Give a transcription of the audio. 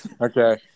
okay